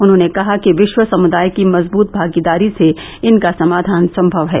उन्होंने कहा कि विश्व समुदाय की मजबूत भागीदारी से इनका समाधान संभव है